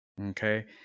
okay